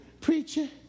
preacher